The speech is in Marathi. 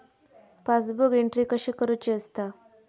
पासबुक एंट्री कशी करुची असता?